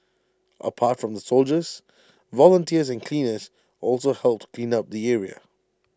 apart from the soldiers volunteers and cleaners also helped clean up the area